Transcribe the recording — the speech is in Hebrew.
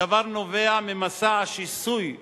הדבר נובע ממסע השיסוי וה"עליהום"